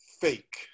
fake